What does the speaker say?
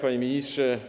Panie Ministrze!